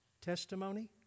testimony